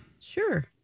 Sure